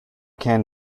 can